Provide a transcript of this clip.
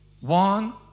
One